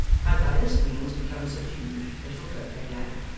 had by this means become subdued into a perfect lamb.